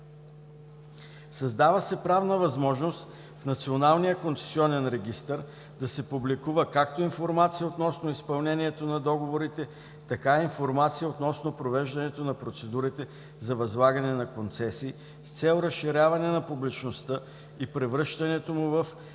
концесионен регистър да се публикува както информация относно изпълнението на договорите, така и информация относно провеждането на процедурите за възлагане на концесии, с цел разширяване на публичността и превръщането му в